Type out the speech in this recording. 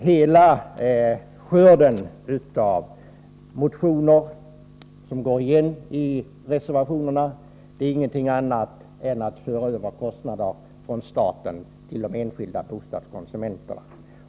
Hela skörden av motioner, som går igen i reservationerna, innebär ingenting annat än att föra över kostnader från staten till de enskilda bostadskonsumenterna.